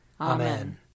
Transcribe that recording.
Amen